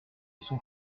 sont